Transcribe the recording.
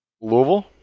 Louisville